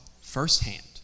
firsthand